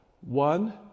one